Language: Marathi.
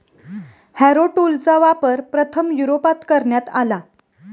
हॅरो टूलचा वापर प्रथम युरोपात करण्यात आला